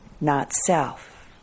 not-self